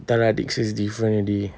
entah lah next year's different already